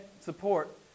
support